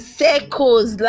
circles